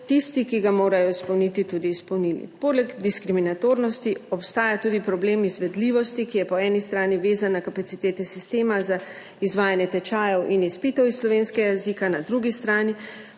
tisti, ki ga morajo izpolniti, tudi izpolnili. Poleg diskriminatornosti obstaja tudi problem izvedljivosti, ki je po eni strani vezan na kapacitete sistema za izvajanje tečajev in izpitov slovenskega jezika, na drugi strani